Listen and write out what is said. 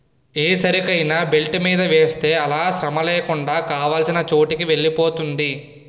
ఏ సరుకైనా బెల్ట్ మీద వేస్తే అలా శ్రమలేకుండా కావాల్సిన చోటుకి వెలిపోతుంది